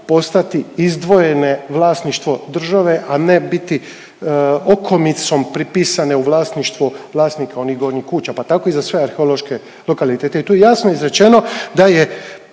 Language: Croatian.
postati izdvojene vlasništvo države, a ne biti okomicom pripisane u vlasništvo vlasnika onih gornjih kuća pa tako i za sve arheološke lokalitete, jer tu je jasno izrečeno da je